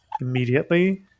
immediately